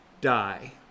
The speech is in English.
die